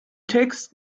text